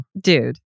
dude